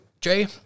Jay